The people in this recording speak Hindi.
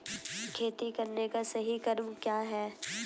खेती करने का सही क्रम क्या है?